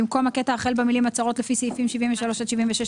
במקום הקטע החל במילים "הצהרות לפי סעיפים 73 עד 76,